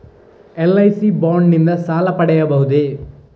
LIC bond ನಿಂದ ಸಾಲ ಪಡೆಯಬಹುದೇ?